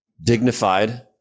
dignified